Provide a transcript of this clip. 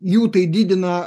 jų tai didina